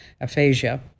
aphasia